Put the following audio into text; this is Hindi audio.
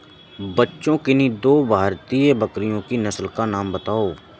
बच्चों किन्ही दो भारतीय बकरियों की नस्ल का नाम बताओ?